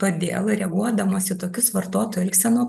todėl reaguodamos į tokius vartotojų elgsenos